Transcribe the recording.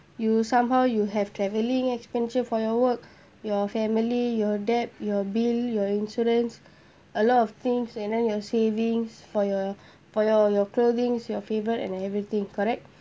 you somehow you have travelling expenditure for your work your family your debt your bill your insurance a lot of things and then your savings for your for your your clothings your favourite and everything correct